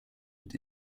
mit